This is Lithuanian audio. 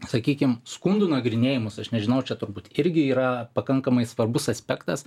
sakykim skundų nagrinėjimus aš nežinau čia turbūt irgi yra pakankamai svarbus aspektas